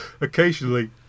Occasionally